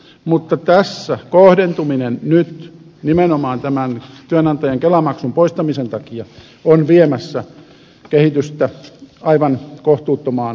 se on luonnollista mutta tässä kohdentuminen nyt nimenomaan työnantajan kelamaksun poistamisen takia on viemässä kehitystä aivan kohtuuttomaan suuntaan